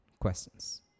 questions